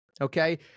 okay